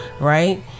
right